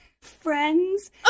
Friends